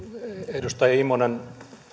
edustaja immonen